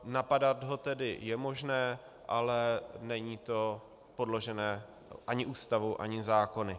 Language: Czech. Napadat ho tedy je možné, ale není to podložené ani Ústavou ani zákony.